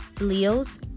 Leos